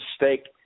mistake